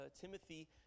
Timothy